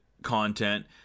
Content